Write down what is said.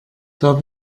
darf